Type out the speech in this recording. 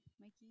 Mikey